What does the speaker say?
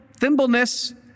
thimbleness